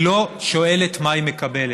היא לא שואלת מה היא מקבלת,